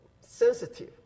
sensitive